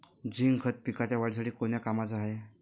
Zinc खत पिकाच्या वाढीसाठी कोन्या कामाचं हाये?